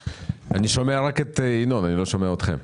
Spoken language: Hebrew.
אני שומע רק את ינון, אני לא שומע אתכם.